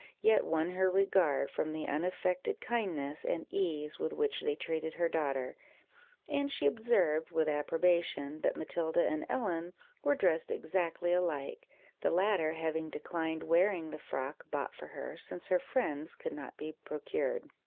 yet won her regard, from the unaffected kindness and ease with which they treated her daughter and she observed, with approbation, that matilda and ellen were dressed exactly alike the latter having declined wearing the frock bought for her, since her friend's could not be procured.